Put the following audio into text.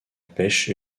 pêche